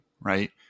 right